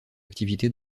activité